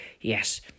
yes